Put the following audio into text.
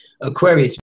Aquarius